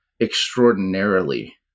extraordinarily